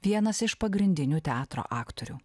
vienas iš pagrindinių teatro aktorių